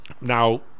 Now